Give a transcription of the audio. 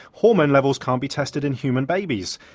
hormone levels can't be tested in human babies.